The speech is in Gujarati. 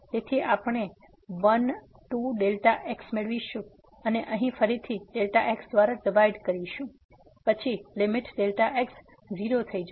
તેથી આપણને વન 2Δx મેળવીશું અને અહીં ફરીથી x દ્વારા ડિવાઈડ કરીશું પછી લીમીટ Δx 0 થઈ જશે